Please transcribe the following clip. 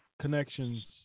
connections